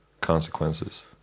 consequences